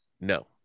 No